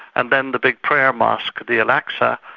and then the big prayer mosque, the al-aqsa,